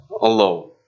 alone